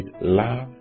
Love